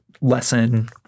lesson